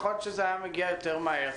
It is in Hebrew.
יכול להיות שזה היה מגיע יותר מהר,